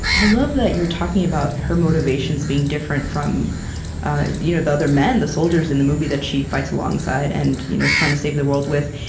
i love that you're talking about her motivations being different from ah you know the other men, the soldiers in the movie that she fights alongside and you know is trying to save the world with.